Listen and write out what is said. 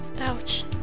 Ouch